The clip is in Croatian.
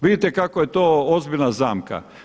Vidite kako je to ozbiljna zamka.